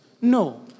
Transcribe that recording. No